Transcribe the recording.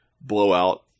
Blowout